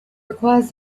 requires